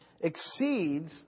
exceeds